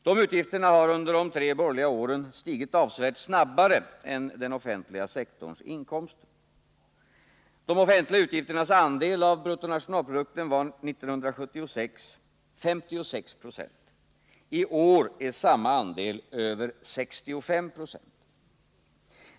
De utgifterna har under de tre borgerliga åren stigit avsevärt snabbare än den offentliga sektorns inkomster. De offentliga utgifternas andel av bruttonationalprodukten uppgick 1976 till 56 Jo. I år är samma andel över 65 96.